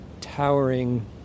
towering